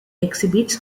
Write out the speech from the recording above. exhibits